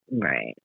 Right